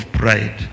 pride